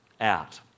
out